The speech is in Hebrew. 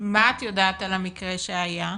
מה את יודעת על המקרה שהיה,